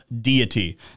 deity